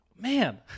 Man